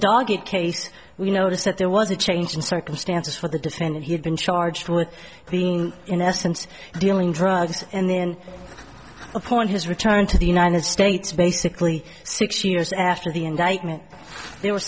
dog it case you notice that there was a change in circumstances for the defendant who had been charged with being in essence dealing drugs and then appoint his return to the united states basically six years after the indictment there were